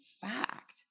fact